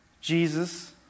Jesus